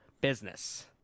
business